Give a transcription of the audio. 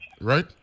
right